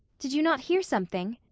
did you not hear something?